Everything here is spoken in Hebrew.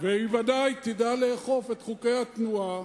והיא בוודאי תדע לאכוף את חוקי התנועה,